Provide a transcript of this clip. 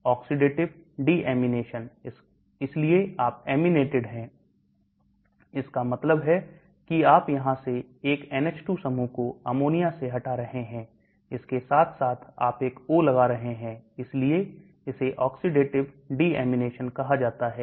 Oxidative deamination इसलिए आप aminated हैं इसका मतलब है कि आप यहां से एक NH2 समूह को अमोनिया से हटा रहे हैं इसके साथ साथ आप एक O लगा रहे हैं इसलिए इसे oxidative deamination कहा जाता है